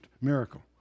miracle